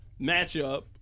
matchup